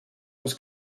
was